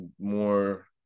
more